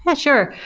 yeah sure.